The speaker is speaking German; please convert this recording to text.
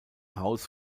haus